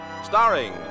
Starring